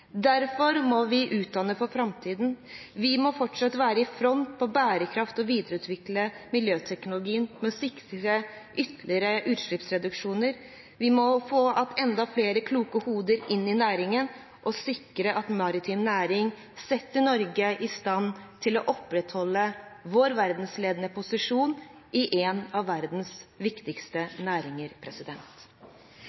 Derfor må vi utdanne for framtiden. Vi må fortsatt være i front på bærekraft og videreutvikling av miljøteknologien med sikte på ytterligere utslippsreduksjoner. Vi må få enda flere kloke hoder inn i næringen og sikre at maritim næring setter Norge i stand til å opprettholde sin verdensledende posisjon i en av verdens viktigste